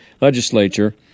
legislature